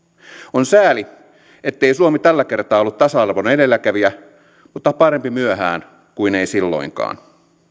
on sääli ettei suomi tällä kertaa ollut tasa arvon edelläkävijä mutta parempi myöhään kuin ei silloinkaan